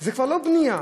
זה כבר לא בנייה,